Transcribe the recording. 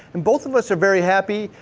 and both of us are very happy.